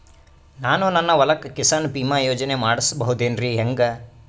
ನಾನು ನನ್ನ ಹೊಲಕ್ಕ ಕಿಸಾನ್ ಬೀಮಾ ಯೋಜನೆ ಮಾಡಸ ಬಹುದೇನರಿ ಹೆಂಗ?